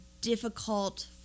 difficult